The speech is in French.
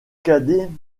cadet